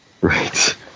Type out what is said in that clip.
right